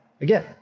again